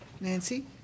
Nancy